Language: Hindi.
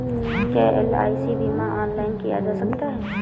क्या एल.आई.सी बीमा ऑनलाइन किया जा सकता है?